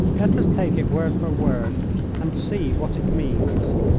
let us take it word for word and see what it means.